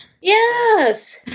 Yes